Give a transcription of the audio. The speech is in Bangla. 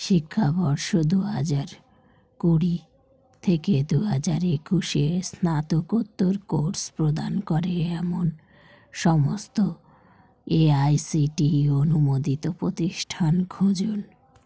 শিক্ষাবর্ষ দু হাজার কুড়ি থেকে দু হাজার একুশে স্নাতকোত্তর কোর্স প্রদান করে এমন সমস্ত এআইসিটিই অনুমোদিত প্রতিষ্ঠান খুঁজুন